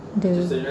dah